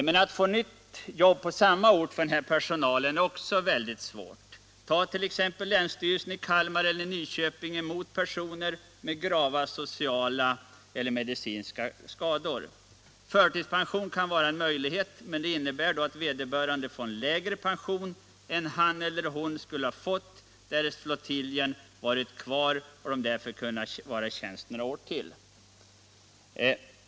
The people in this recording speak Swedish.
Men att få nytt jobb på samma ort för den här personalen är också mycket svårt. Tar t.ex. länsstyrelsen i Kalmar eller Nyköping emot personer med grava sociala eller medicinska skador? Förtidspension kan vara en möjlighet, men det innebär då att vederbörande får en lägre pension än han eller hon skulle ha fått därest flottiljen varit kvar och de kunnat vara i tjänst några år till.